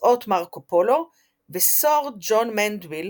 מסעות מרקו פולו וסיר ג'ון מנדוויל